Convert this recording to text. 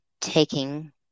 taking